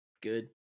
good